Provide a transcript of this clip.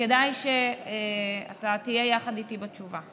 וכדאי שאתה תהיה יחד איתי בתשובה.